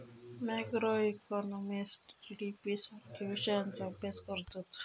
macroeconomist GDP सारख्यो विषयांचा अभ्यास करतत